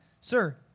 Sir